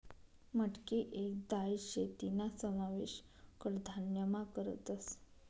मटकी येक दाय शे तीना समावेश कडधान्यमा करतस